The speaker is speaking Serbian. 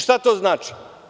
Šta to znači?